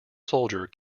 soldier